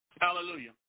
Hallelujah